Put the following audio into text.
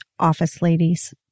OFFICELADIES